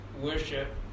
worship